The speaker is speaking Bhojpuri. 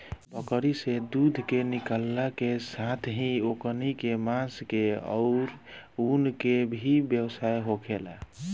बकरी से दूध के निकालला के साथेही ओकनी के मांस के आउर ऊन के भी व्यवसाय होखेला